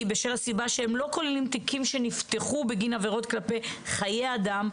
בשל הסיבה שהם לא כוללים תיקים שנפתחו בגין עבירות כלפי חיי אדם,